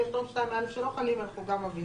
אם יש דברים ב-2(א) שלא חלים, אנחנו גם מבהירים.